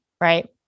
right